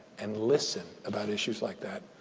and listen about issues like that.